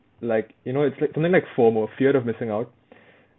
like you know it's like something like FOMO fear of missing out